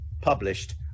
published